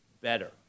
better